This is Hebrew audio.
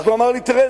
והוא אמר לי: תראה,